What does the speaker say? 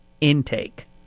intake